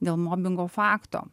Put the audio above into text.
dėl mobingo fakto